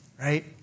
right